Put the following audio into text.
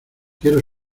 quiero